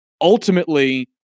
ultimately